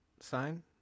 sign